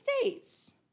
States